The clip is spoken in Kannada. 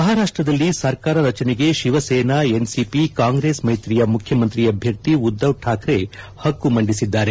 ಮಹಾರಾಷ್ಟ್ರದಲ್ಲಿ ಸರ್ಕಾರ ರಚನೆಗೆ ಶಿವಸೇನಾ ಎನ್ಸಿಪಿ ಕಾಂಗ್ರೆಸ್ ಮೈತ್ರಿಯ ಮುಖ್ಯಮಂತ್ರಿ ಅಭ್ಯರ್ಥಿ ಉದ್ದವ್ ಠಾಕ್ರೆ ಹಕ್ಕು ಮಂಡಿಸಿದ್ದಾರೆ